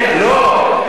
עכשיו אתה עוד מתנצל,